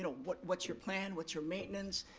and what's what's your plan, what's your maintenance?